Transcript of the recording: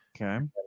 Okay